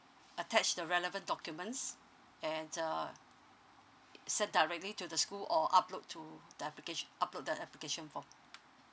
attach the relevant documents and uh send directly to the school or upload to the application upload the application form